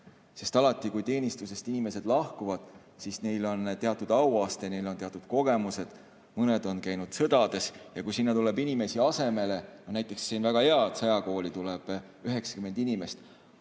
Alati, kui teenistusest inimesed lahkuvad, neil on teatud auaste, neil on teatud kogemused, mõned on käinud sõdades. Ja kui sinna tuleb inimesi asemele, siis on väga hea, et sõjakooli tuleb 90 inimest,